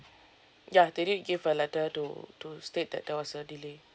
ya they did give a letter to to state that there was a delay